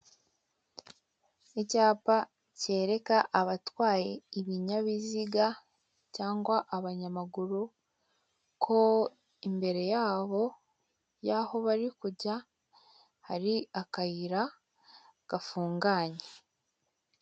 Icyapa kereka abatwaye ibinyabiziga cyangwa abanyamaguru ko imbere yabo y'aho bari kujya hari akayira gafunganye.